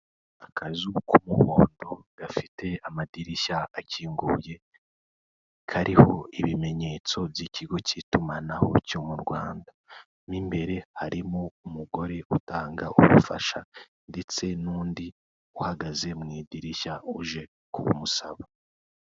Akazu k'umuhondo gafite amadirishya akinguye, kariho ibimenyetso by'ikigo k'itumanaho cyo mu Rwanda, mo imbere harimo umugore utanga ubufasha ndetse n'undi uhagaze mu idirishya uje kubumusaba.